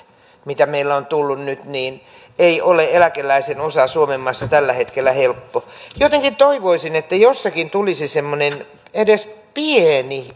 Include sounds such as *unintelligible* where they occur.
mitä meillä on tullut nyt niin ei ole eläkeläisen osa suomen maassa tällä hetkellä helppo jotenkin toivoisin että jostakin tulisi semmoinen edes pieni *unintelligible*